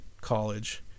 college